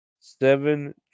seven